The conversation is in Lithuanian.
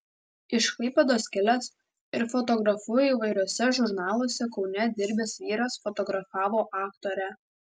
iš klaipėdos kilęs ir fotografu įvairiuose žurnaluose kaune dirbęs vyras fotografavo aktorę